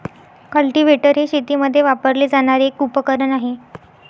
cultivator हे शेतीमध्ये वापरले जाणारे एक उपकरण आहे